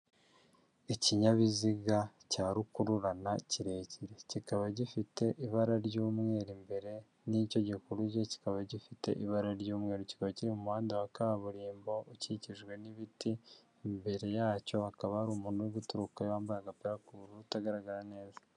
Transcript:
Ikinyabiziga cya rukururana kirekire. Kikaba gifite ibara ry'umweru imbere n'icyo gikuruye kikaba gifite ibara ry'umweru. Kikaba kiri mu muhanda wa kaburimbo ukikijwe n'ibiti, imbere yacyo hakaba hari umuntu uri guturukayo wambaye agapapira k'ubururu utagaragara neza.